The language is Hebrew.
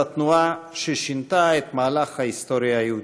התנועה ששינתה את מהלך ההיסטוריה היהודית.